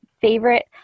favorite